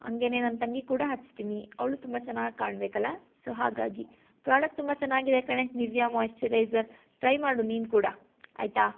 ಹಂಗೇನೇ ನನ್ನ ತಂಗಿಗೆ ಕೂಡ ಹಚ್ತೀನಿ ಅವಳು ತುಂಬ ಚೆನ್ನಾಗಿ ಕಾಣ್ಬೇಕಲ್ಲಾ ಸೊ ಹಾಗಾಗಿ ಪ್ರಾಡಕ್ಟ್ ತುಂಬ ಚೆನ್ನಾಗಿದೆ ಕಣೇ ನಿವಿಯಾ ಮಾಯಿಶ್ಚರೈಸರ್ ಟ್ರೈ ಮಾಡು ನೀನು ಕೂಡ ಆಯಿತಾ